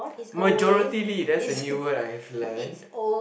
majorityly that's a new word I've learned